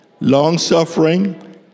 long-suffering